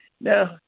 Now